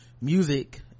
music